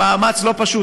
במאמץ לא פשוט,